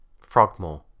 Frogmore